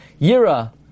Yira